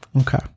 Okay